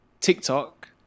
TikTok